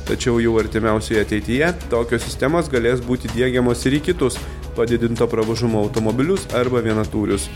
tačiau jau artimiausioje ateityje tokios sistemos galės būti diegiamos ir į kitus padidinto pravažumo automobilius arba vienatūrius